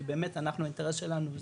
כי באמת אנחנו האינטרס שלנו,